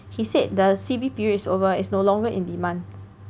he said the C_B period is over it's no longer in demand